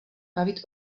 bavit